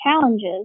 challenges